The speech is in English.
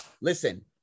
listen